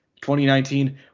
2019